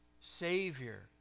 Savior